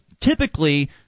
typically